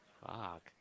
Fuck